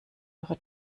eure